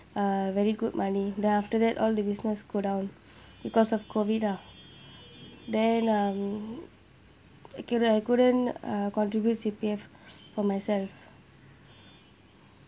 uh very good money then after that all the business go down because of COVID lah then I'm I couldn't I couldn't uh contribute C_P_F for myself